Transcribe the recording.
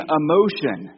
emotion